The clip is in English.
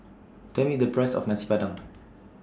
Tell Me The Price of Nasi Padang